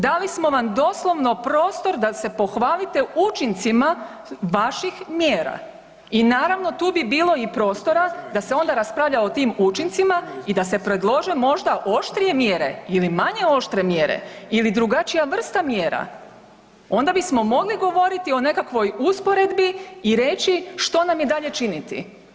Dali smo vam doslovno prostor da se pohvalite učincima vaših mjera i naravno tu bi bilo i prostora da se onda raspravlja o tim učincima i da se predlože možda oštrije mjere ili manje oštre mjere ili drugačija vrsta mjera onda bismo mogli govoriti o nekakvoj usporedbi i reći što nam je dalje činiti.